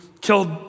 killed